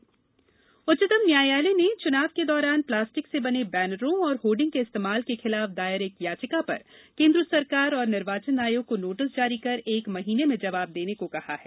उच्चतम न्यायालय चुनाव उच्चतम न्यायालय ने चुनाव के दौरान प्लास्टिक से बने बैनरों और होर्डिंग के इस्तेमाल के खिलाफ दायर एक याचिका पर केन्द्र सरकार और निर्वाचन आयोग को नोटिस जारी कर एक माह में जवाब देने को कहा है